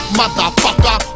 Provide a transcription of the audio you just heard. motherfucker